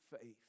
faith